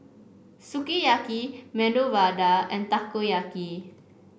Sukiyaki Medu Vada and Takoyaki